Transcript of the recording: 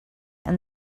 and